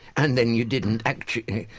and then you didn't actually,